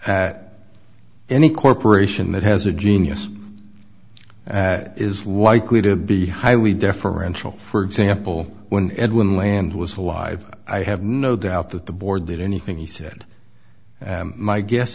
that any corporation that has a genius is likely to be highly differential for example when edwin land was alive i have no doubt that the board did anything he said my guess